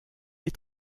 est